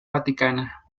vaticana